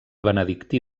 benedictí